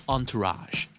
Entourage